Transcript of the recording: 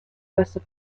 besser